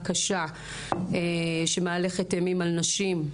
הקשה שמהלכת אימים על נשים,